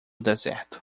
deserto